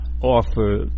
offer